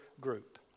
group